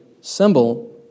symbol